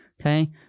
Okay